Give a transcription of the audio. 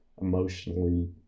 emotionally